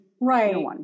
Right